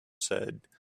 said